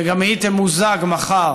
שתמוזג מחר